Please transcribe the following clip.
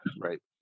Right